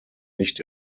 nicht